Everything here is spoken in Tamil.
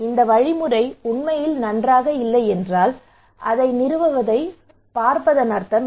இந்த வழிமுறை உண்மையில் நன்றாக இல்லை என்றால் அதை நிறுவுவதைப் பார்ப்பதன் அர்த்தம் என்ன